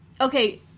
Okay